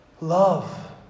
Love